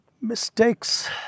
Mistakes